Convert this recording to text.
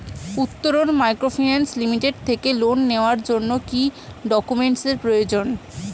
Uttaran microfinance limited থেকে loan নেওয়ার জন্য কি কি ডকুমেন্টস এর প্রয়োজন?